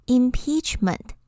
impeachment